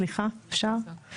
סליחה, אפשר?